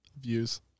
Views